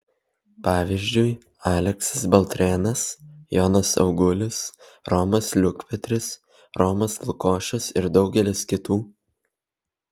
pavyzdžiui aleksas baltrėnas jonas augulis romas liukpetris romas lukošius ir daugelis kitų